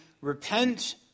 Repent